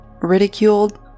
ridiculed